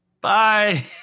Bye